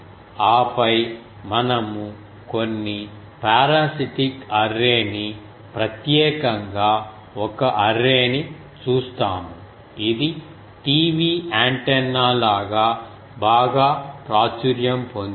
ఆపై మనము కొన్ని పారాసైటిక్ అర్రేని ప్రత్యేకంగా ఒక అర్రేని చూస్తాము ఇది TV యాంటెన్నా లాగా బాగా ప్రాచుర్యం పొందింది